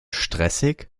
stressig